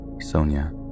Sonia